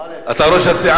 כל שבוע אתה, אתה ראש הסיעה.